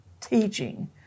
teaching